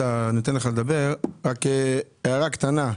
10:20) נחזור על הדברים שנאמרו פה בשבוע שעבר ואפילו רק לפרוטוקול.